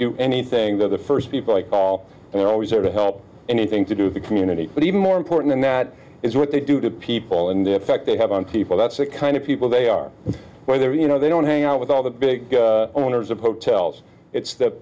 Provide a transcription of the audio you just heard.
do anything there the first people i call they're always there to help anything to do the community but even more important and that is what they do to people and the effect they have on people that's the kind of people they are where they're you know they don't hang out with all the big owners of hotels it's th